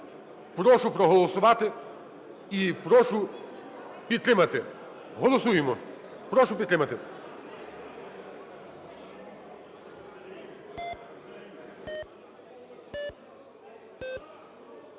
Прошу проголосувати і прошу підтримати. Голосуємо! Прошу підтримати.